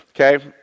Okay